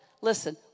listen